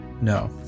No